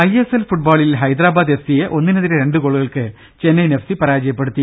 ISL ഫുട്ബോളിൽ ഹൈദരാബാദ് എഫ്സിയെ ഒന്നിനെതിരെ രണ്ട് ഗോളുകൾക്ക് ചെന്നൈയിൻ എഫ് സി പരാജയപ്പെടുത്തി